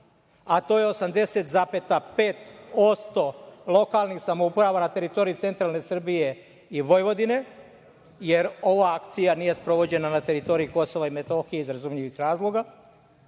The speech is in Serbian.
a to je 80,5% lokalnih samouprava na teritoriji centralne Srbije i Vojvodine, jer ova akcija nije sprovođena na teritoriji Kosova i Metohije, iz razumljivih razloga.